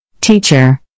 Teacher